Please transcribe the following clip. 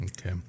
Okay